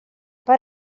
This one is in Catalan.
per